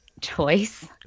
choice